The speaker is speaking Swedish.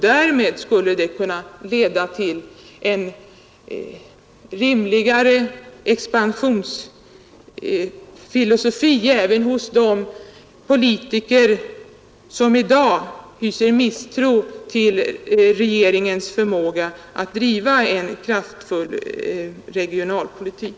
Därmed skulle det kunna leda till en rimligare expansionsfilosofi även hos de politiker som i dag hyser misstro till regeringens förmåga att driva en kraftfull regionalpolitik.